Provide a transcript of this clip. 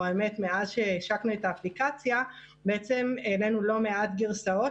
או מאז שהשקנו את האפליקציה בעצם העלינו לא מעט גרסאות,